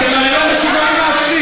אתם הרי לא מסוגלים להקשיב.